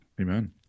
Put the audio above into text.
amen